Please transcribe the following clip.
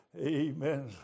Amen